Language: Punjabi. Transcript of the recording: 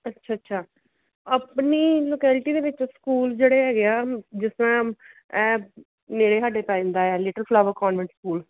ਅੱਛਾ ਅੱਛਾ ਆਪਣੀ ਲੁਕੈਲਟੀ ਦੇ ਵਿੱਚ ਸਕੂਲ ਜਿਹੜੇ ਹੈਗੇ ਆ ਜਿਸ ਤਰ੍ਹਾਂ ਨੇੜੇ ਸਾਡੇ ਪੈ ਜਾਂਦਾ ਹੈ ਲਿਟਲ ਫਲਾਵਰ ਕਾਨਵੈਂਟ ਸਕੂਲ